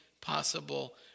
possible